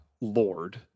Lord